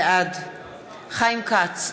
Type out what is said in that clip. בעד חיים כץ,